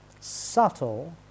subtle